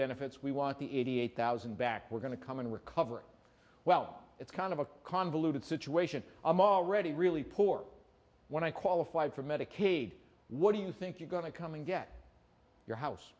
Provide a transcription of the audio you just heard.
benefits we want the eighty eight thousand back we're going to come in recovery well it's kind of a convoluted situation i'm already really poor when i qualify for medicaid what do you think you're going to come and get your house